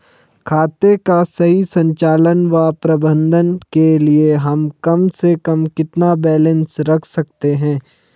खाते का सही संचालन व प्रबंधन के लिए हम कम से कम कितना बैलेंस रख सकते हैं?